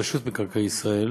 רשות מקרקעי ישראל,